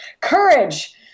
courage